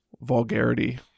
vulgarity